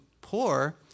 poor